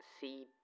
see